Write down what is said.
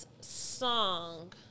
song